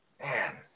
Man